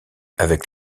avec